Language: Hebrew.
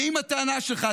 ואם הטענה שלך,